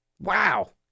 Wow